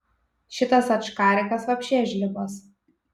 šitas ačkarikas vapše žlibas